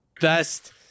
best